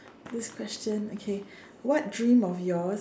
this question okay what dream of yours